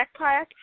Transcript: backpack